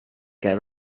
ger